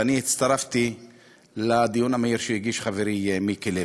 ואני הצטרפתי לדיון המהיר שהגיש חברי מיקי לוי,